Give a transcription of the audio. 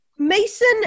Mason